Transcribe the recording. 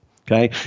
Okay